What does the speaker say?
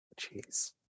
Jeez